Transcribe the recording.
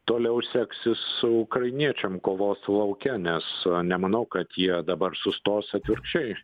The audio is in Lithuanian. toliau seksis ukrainiečiam kovos lauke nes nemanau kad jie dabar sustos atvirkščiai